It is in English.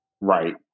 right